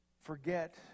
forget